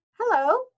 Hello